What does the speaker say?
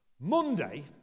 Monday